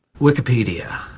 wikipedia